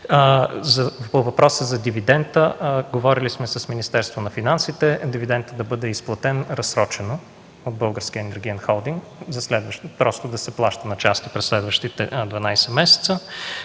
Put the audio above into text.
По въпроса за дивидента – говорили сме с Министерство на финансите дивидентът да бъде разплатен разсрочено от Българския енергиен холдинг, просто да се плаща на части през следващите 12 месеца.